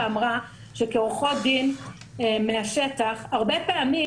אמרה שכעורכות דין מהשטח הרבה פעמים